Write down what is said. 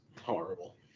horrible